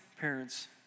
parents